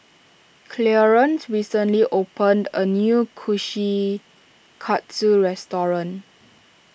Clearence recently opened a new Kushikatsu restaurant